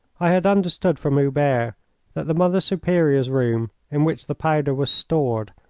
i had understood from hubert that the mother superior's room, in which the powder was stored,